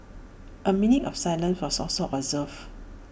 A minute of silence was also observed